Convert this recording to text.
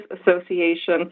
association